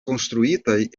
konstruitaj